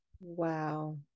Wow